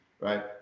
right